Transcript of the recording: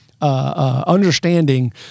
Understanding